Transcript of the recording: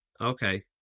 Okay